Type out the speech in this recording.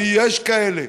ויש כאלה,